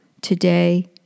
today